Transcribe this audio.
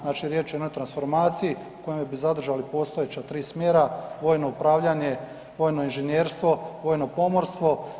Znači riječ je o jednoj transformaciji kojom bi zadržali postojeća 3 smjera, vojno upravljanje, vojno inženjerstvo, vojno pomorstvo.